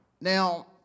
Now